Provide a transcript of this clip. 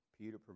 Peter